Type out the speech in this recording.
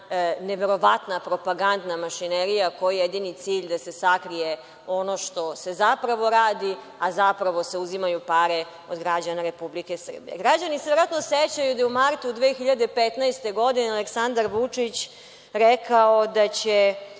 neverovatna propagandna mašinerija kojoj je jedini cilj da se sakrije ono što se zapravo radi, a zapravo se uzimaju pare od građana Republike Srbije. Građani se verovatno sećaju da je u martu 2015. godine Aleksandar Vučić rekao da će